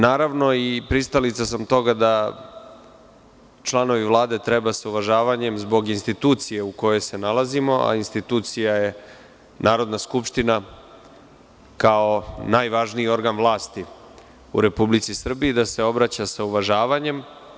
Naravno, pristalica sam toga da članovi Vlade treba sa uvažavanjem, zbog institucije u kojoj se nalazimo, a institucija je Narodna skupština, kao najvažniji organ vlasti u Republici Srbiji, da se obraća sa uvažavanjem.